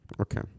Okay